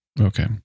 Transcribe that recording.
Okay